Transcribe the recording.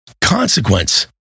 consequence